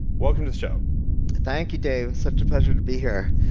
welcome to the show thank you dave, such a pleasure to be here.